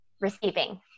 receiving